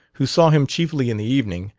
who saw him chiefly in the evening,